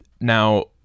Now